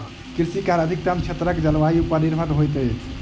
कृषि कार्य अधिकतम क्षेत्रक जलवायु पर निर्भर होइत अछि